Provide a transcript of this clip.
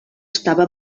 estava